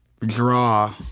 draw